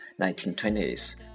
1920s